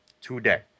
today